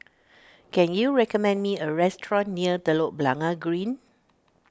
can you recommend me a restaurant near Telok Blangah Green